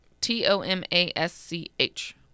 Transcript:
T-O-M-A-S-C-H